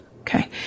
Okay